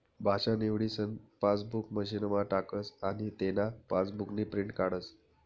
भाषा निवडीसन पासबुक मशीनमा टाकस आनी तेना पासबुकनी प्रिंट काढस